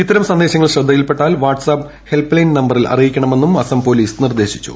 ഇത്തരം സന്ദേശങ്ങൾ ശ്രദ്ധയിൽപ്പെട്ടാൽ വാട്സ് ആപ്പ് ഹെൽപ്പ് ലൈൻ നമ്പറിൽ അറിയിക്കണമെന്നും അസം പൊലീസ് നിർദ്ദേശിച്ചു